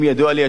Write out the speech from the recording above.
אם ידוע לי?